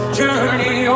journey